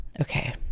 Okay